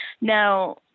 Now